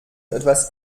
etwas